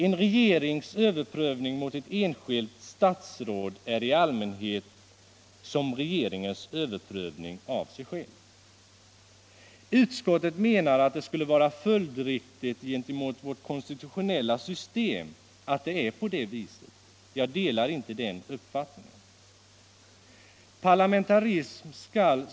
En regerings överprövning av ett enskilt statsråd är i allmänhet detsamma som regeringens överprövning av sig själv. Utskottet menar att det skulle vara följdriktigt gentemot vårt konstitutionella system att det är på det viset. Jag delar inte den uppfattningen. Parlamentarism skall.